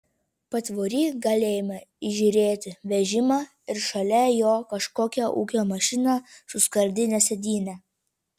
patvory galėjome įžiūrėti vežimą ir šalia jo kažkokią ūkio mašiną su skardine sėdyne